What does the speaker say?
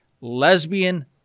lesbian